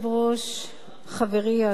חברי השר הנכבד,